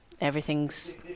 everything's